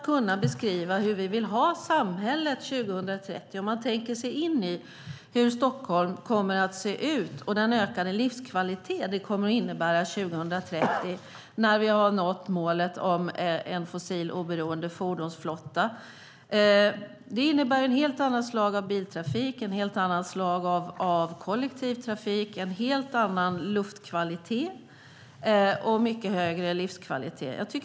Vi bör försöka tänka oss in i hur Stockholm kommer att se ut 2030 och vilken ökad livskvalitet det kommer att innebära när vi har nått målet om en fossiloberoende fordonsflotta. Det innebär ett helt annat slag av biltrafik och kollektivtrafik, en helt annan luftkvalitet och mycket högre livskvalitet.